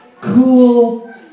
cool